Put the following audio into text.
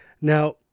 Now